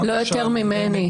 לא יותר ממני.